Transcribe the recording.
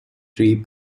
three